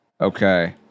Okay